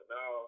Now